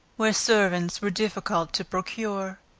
where servants were difficult to procure.